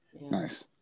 Nice